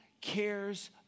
cares